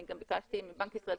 אני גם ביקשתי מבנק ישראל.